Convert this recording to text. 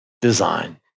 design